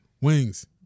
Wings